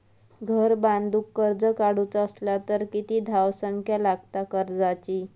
घर बांधूक कर्ज काढूचा असला तर किती धावसंख्या लागता कर्जाची?